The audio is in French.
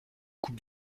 coupe